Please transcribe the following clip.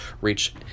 reach